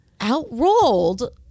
outrolled